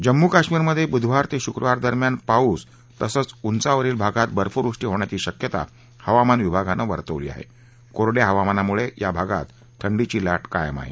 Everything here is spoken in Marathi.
जम्मू कश्मीर मध्ये बुधवार ते शुक्रवार दरम्यान पाऊस तसंच उंचावरील भागात बर्फवृष्टी होण्याची शक्यता हवामान विभागानं वर्तवली आहे कोरङ्या हवामानामुळे या भागात थंडीची लाट कायम आहे